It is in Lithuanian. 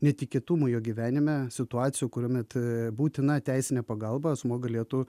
netikėtumų jo gyvenime situacijų kurių met būtina teisinė pagalba asmuo galėtų